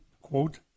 Quote